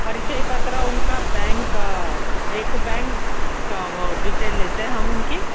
परिचय पत्र उनका बैंक एक बैंक का वो डिटेल लेते हैं हम उनकी